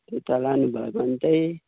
त्यही त लानुभयो भने चाहिँ